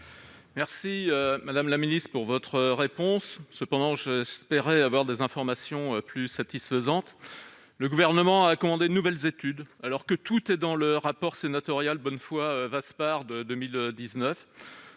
madame la secrétaire d'État, mais j'espérais avoir des informations plus satisfaisantes. Le Gouvernement a commandé de nouvelles études, alors que tout est dans le rapport sénatorial Bonnefoy-Vaspart de 2019.